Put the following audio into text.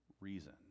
reason